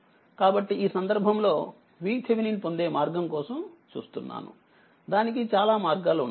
కాబట్టిఈ సందర్భంలో VThevenin పొందే మార్గం కోసం చూస్తున్నాను దానికి చాలా మార్గాలు ఉన్నాయి